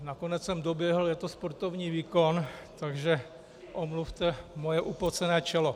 Nakonec jsem doběhl, je to sportovní výkon, takže omluvte moje upocené čelo.